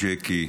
ג'קי,